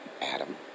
Adam